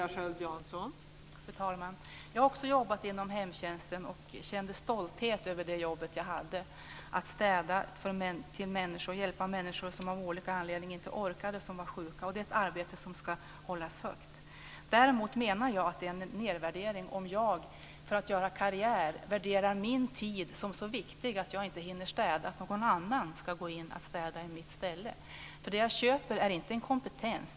Fru talman! Jag har också jobbat inom hemtjänsten och jag kände stolthet över det jobb jag hade, över att städa hos människor och att hjälpa dem som av olika anledningar inte orkade eller var sjuka. Det är ett arbete som ska hållas högt. Däremot menar jag att det är en nedvärdering om jag, för att göra karriär, värderar min tid som så viktig att jag inte hinner städa utan låter någon annan gå in och städa i mitt ställe. Det jag köper är inte en kompetens.